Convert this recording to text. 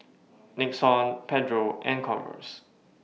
Nixon Pedro and Converse